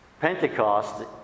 Pentecost